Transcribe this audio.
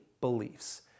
beliefs